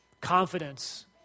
confidence